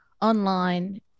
online